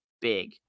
big